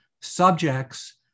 subjects